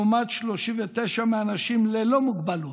לעומת 39% מהאנשים ללא מוגבלות.